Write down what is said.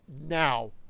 now